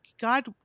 God